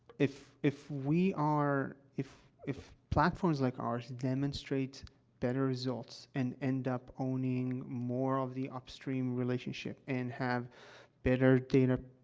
if if we are if if platforms like ours demonstrate better results and end up owning more of the upstream relationship and have better data, ah,